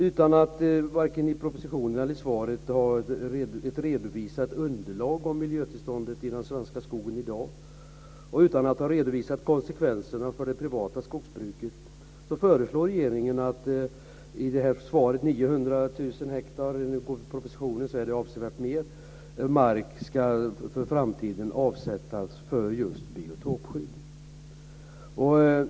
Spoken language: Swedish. Utan att vare sig i propositionen eller i svaret ha ett redovisat underlag om miljötillståndet i den svenska skogen i dag och utan att ha redovisat konsekvenserna för det privata skogsbruket föreslår regeringen enligt svaret att mark för framtiden ska avsättas för just biotopskydd.